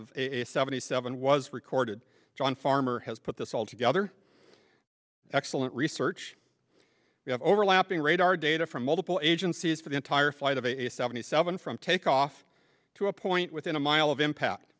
of seventy seven was recorded john farmer has put this all together excellent research you have overlapping radar data from multiple agencies for the entire flight of a seventy seven from takeoff to a point within a mile of impact